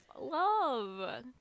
Love